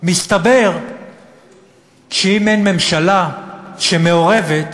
מסתבר שאם אין ממשלה שמעורבת,